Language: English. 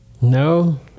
No